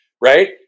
right